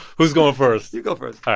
who's going first? you go first